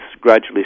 gradually